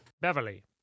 Beverly